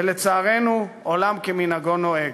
ולצערנו עולם כמנהגו נוהג.